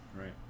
Right